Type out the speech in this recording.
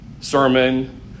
sermon